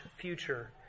future